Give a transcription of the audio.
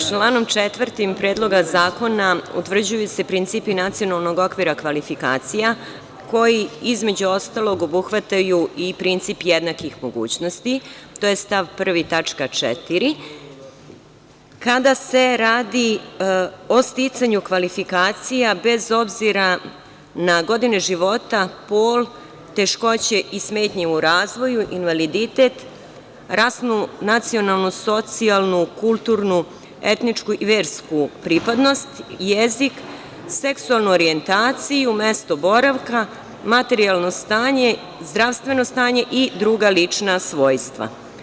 Članom 4. Predloga zakona utvrđuju se principi Nacionalnog okvira kvalifikacija koji, između ostalog, obuhvataju i princip jednakih mogućnosti, to je stav 1. tačka 4), kada se radi o sticanju kvalifikacija bez obzira na godine života, pol, teškoće i smetnje u razvoju, invaliditet, rasnu, nacionalnu, socijalnu, kulturnu, etničku i versku pripadnost, jezik, seksualnu orijentaciju, mesto boravka, materijalno stanje, zdravstveno stanje i druga lična svojstva.